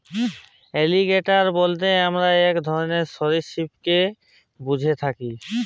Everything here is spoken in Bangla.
এলিগ্যাটোর বইলতে আমরা ইক ধরলের সরীসৃপকে ব্যুঝে থ্যাকি